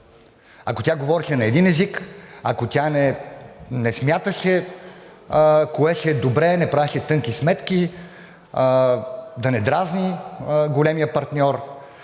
ако тя говореше на един език, ако тя не смяташе кое ще е добре, не правеше тънки сметки – да не дразни големия партньор,